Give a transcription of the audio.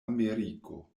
ameriko